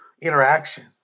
interaction